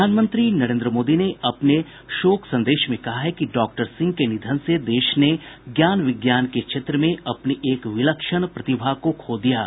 प्रधानमंत्री नरेन्द्र मोदी ने अपने शोक संदेश में कहा है कि डॉक्टर सिंह के निधन से देश ने ज्ञान विज्ञान के क्षेत्र में अपनी एक विलक्षण प्रतिभा को खो दिया है